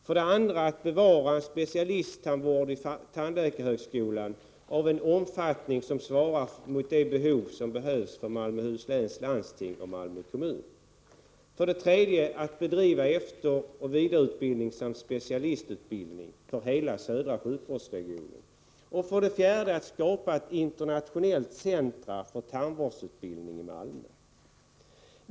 För det andra att bevara en specialisttandvård vid tandläkarhögskolan av en omfattning som svarar mot behoven i Malmöhus läns landsting och Malmö kommun. För det tredje att bedriva efteroch vidareutbildning samt specialistutbildning för hela södra sjukvårdsregionen. För det fjärde att skapa ett internationellt centrum för tandvårdsutbildning i Malmö.